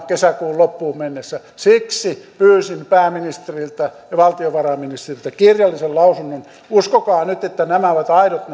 kesäkuun loppuun mennessä siksi pyysin pääministeriltä ja valtiovarainministeriltä kirjallisen lausunnon uskokaa nyt että nämä nimikirjoitukset ovat aidot